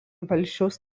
valsčiaus